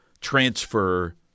transfer